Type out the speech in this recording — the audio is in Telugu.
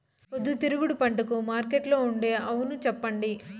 పొద్దుతిరుగుడు పంటకు మార్కెట్లో ఉండే అవును చెప్పండి?